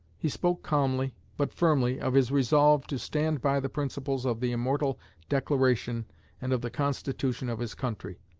he spoke calmly but firmly of his resolve to stand by the principles of the immortal declaration and of the constitution of his country